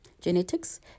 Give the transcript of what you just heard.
Genetics